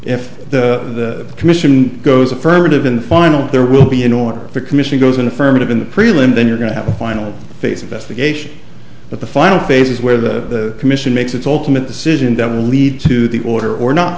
if the commission goes affirmative in the final there will be an order the commission goes on affirmative in the prelim then you're going to have a final face investigation but the final phases where the commission makes its ultimate decision that will lead to the order or not